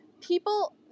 people